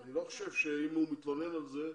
אני לא חושב שאם הוא מתלונן על כך,